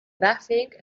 gràfic